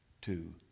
two